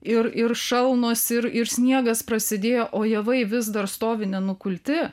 ir ir šalnos ir ir sniegas prasidėjo o javai vis dar stovi nenukulti